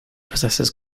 possesses